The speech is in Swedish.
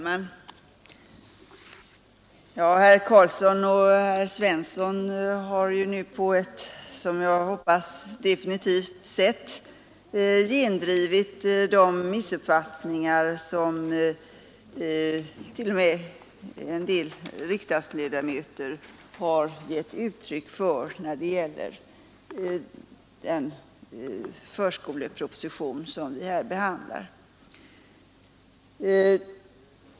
Herr talman! Herrar Karlsson i Huskvarna och Svensson i Kungälv har ju på ett som jag hoppas definitivt sätt gendrivit de missuppfattningar som t.o.m. en del riksdagsledamöter har givit uttryck för när det gäller den förskoleproposition som vi nu behandlar.